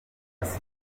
nabona